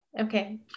Okay